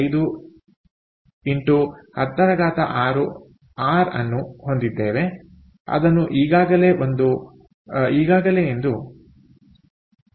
5 x106 R ಅನ್ನು ಹೊಂದಿದ್ದೇವೆ ಅದನ್ನು ಈಗಾಗಲೇ ಎಂದು 0